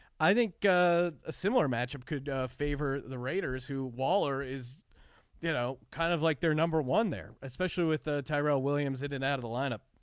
i think a similar matchup could favor the raiders who waller is you know kind of like their number one there especially with terrelle williams in and out of the lineup.